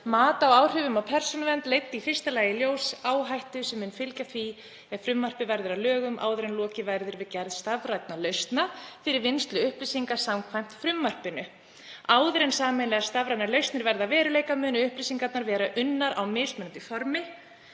„Mat á áhrifum á persónuvernd leiddi í fyrsta lagi í ljós áhættu sem mun fylgja því ef frumvarpið verður að lögum áður en lokið verður við gerð stafrænna lausna fyrir vinnslu upplýsinga samkvæmt frumvarpinu. Áður en sameiginlegar stafrænar lausnir verða að veruleika munu upplýsingarnar vera unnar á mismunandi formi.